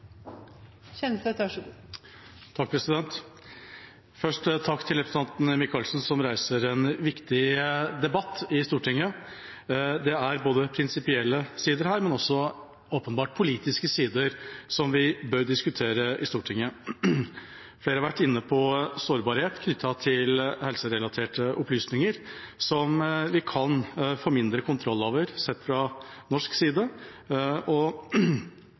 til representanten Micaelsen, som reiser en viktig debatt i Stortinget. Det er både prinsipielle og åpenbart også politiske sider her som vi bør diskutere i Stortinget. Flere har vært inne på sårbarhet knyttet til helserelaterte opplysninger som vi kan få mindre kontroll over sett fra norsk side.